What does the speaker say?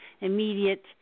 immediate